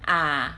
ah